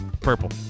purple